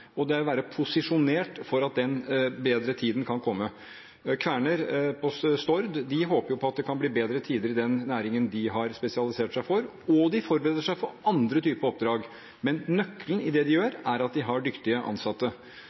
og det er å være posisjonert for at den bedre tiden kan komme. Kværner på Stord håper jo på at det kan bli bedre tider i den næringen de har spesialisert seg for – og de forbereder seg for andre type oppdrag. Men nøkkelen i det de gjør, er at de har dyktige ansatte.